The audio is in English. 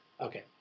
okay